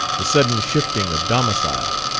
the sudden shifting of domicile.